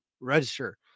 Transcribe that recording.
register